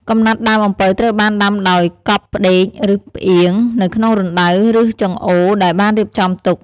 កំណាត់ដើមអំពៅត្រូវបានដាំដោយ កប់ផ្ដេក ឬ ផ្អៀង នៅក្នុងរណ្តៅឬចង្អូរដែលបានរៀបចំទុក។